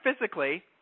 physically